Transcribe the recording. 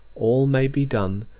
all may be done,